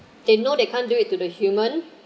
they know they can't do it to the human